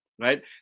right